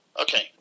Okay